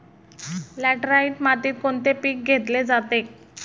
Laterite मातीत कोणते पीक घेतले जाते?